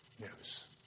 news